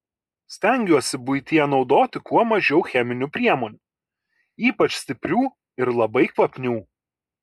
stengiuosi buityje naudoti kuo mažiau cheminių priemonių ypač stiprių ir labai kvapnių